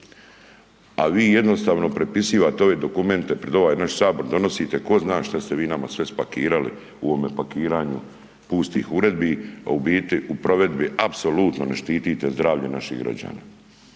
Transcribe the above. a vi jednostavno prepisivate ove dokumente pred ovaj naš Sabor donosite tko zna šta ste vi nama sve spakirali u ovome pakiranju pustih uredbi a u biti u provedbi apsolutno ne štitite zdravlje naših građana.